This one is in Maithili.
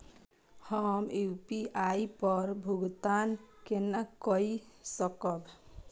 हम यू.पी.आई पर भुगतान केना कई सकब?